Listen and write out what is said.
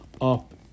up